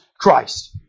Christ